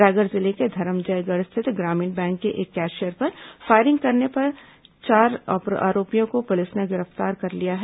रायगढ़ जिले के धरमजयगढ़ स्थित ग्रामीण बैंक के एक कैशियर पर फायरिंग करने वाले चार आरोपियों को पुलिस ने गिरफ्तार कर लिया है